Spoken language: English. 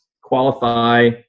qualify